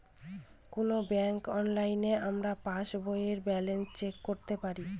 কোনো ব্যাঙ্কে অনলাইনে আমরা পাস বইয়ের ব্যালান্স চেক করতে পারি